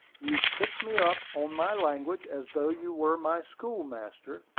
you pick me up on my language as though you were my schoolmaster,